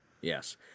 Yes